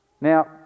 Now